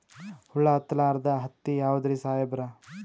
ಹುಳ ಹತ್ತಲಾರ್ದ ಹತ್ತಿ ಯಾವುದ್ರಿ ಸಾಹೇಬರ?